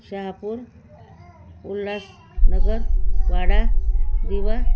Shahapur Ulhasnagar Wada Diva